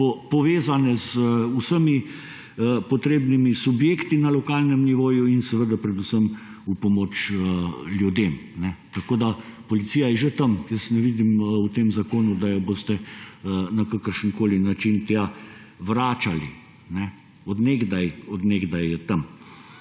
povezane z vsemi potrebnimi subjekti na lokalnem nivoju in predvsem v pomoč ljudem. Tako da policija je že tam, jaz ne vidim v tem zakonu, da jo boste na kakršenkoli način tja vračali. Od nekdaj je tam.